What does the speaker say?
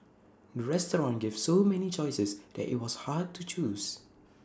the restaurant gave so many choices that IT was hard to choose